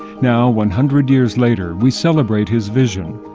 now, one hundred years later, we celebrate his vision,